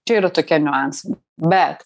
čia yra tokie niuansai bet